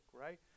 right